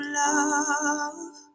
love